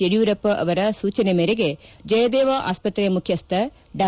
ಯಡಿಯೂರಪ್ಪ ಅವರ ಸೂಜನೆ ಮೇರೆಗೆ ಜಯದೇವ ಆಸ್ತ್ರೆ ಮುಖ್ಯಸ್ಥ ಡಾ